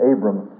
Abram